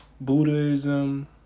Buddhism